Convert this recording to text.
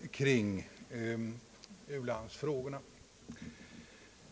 under debatten skulle ha berört.